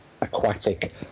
aquatic